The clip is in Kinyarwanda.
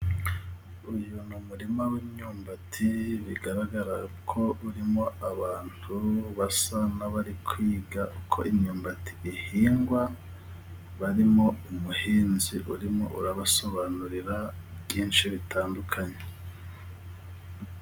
Uyu ni umurima w'imyumbati bigaragara ko urimo abantu basa n'abari kwiga uko imyumbati ihingwa barimo umuhinzi urimo urabasobanurira byinshi bitandukanye.